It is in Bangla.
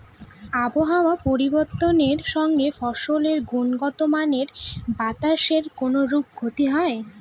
আবহাওয়ার পরিবর্তনের সঙ্গে ফসলের গুণগতমানের বাতাসের কোনরূপ ক্ষতি হয়?